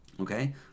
Okay